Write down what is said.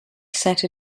set